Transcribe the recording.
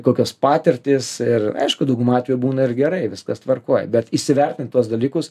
kokios patirtys ir aišku dauguma atvejų būna ir gerai viskas tvarkoj bet įsivertint tuos dalykus